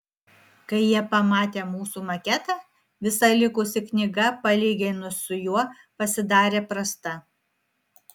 kai jie pamatė mūsų maketą visa likusi knyga palyginus su juo pasidarė prasta